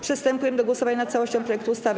Przystępujemy do głosowania nad całością projektu ustawy.